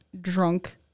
drunk